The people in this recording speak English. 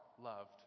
loved